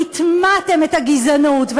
הטמעתם את הגזענות,